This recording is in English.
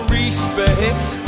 respect